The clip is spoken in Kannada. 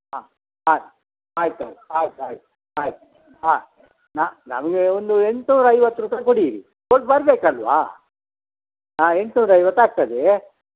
ಹಾಂ ಹಾಂ ಆಯ್ತು ಆಯ್ತು ಆಯ್ತು ಆಯ್ತು ಆಯ್ತು ಹಾಂ ನಮಗೆ ಒಂದು ಎಂಟ್ನೂರ ಐವತ್ತು ರೂಪಾಯಿ ಕೊಡಿರಿ ಹೋಗಿ ಬರಬೇಕಲ್ವಾ ಹಾಂ ಎಂಟ್ನೂರ ಐವತ್ತು ಆಗ್ತದೆ